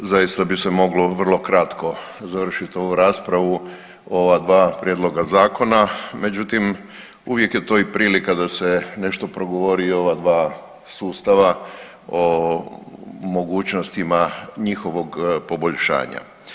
Zaista bi se moglo vrlo kratko završiti ovu raspravu o ova dva prijedloga zakona, međutim uvijek je to i prilika da se nešto progovori o ova dva sustava o mogućnostima njihovog poboljšanja.